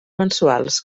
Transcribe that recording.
mensuals